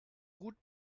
gut